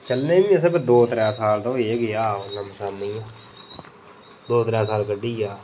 ते चलने गी बी दौ त्रैऽ साल होई गै गेआ हा ओह् लमसम नेईं ते दौ त्रैऽ साल कड्ढी गेआ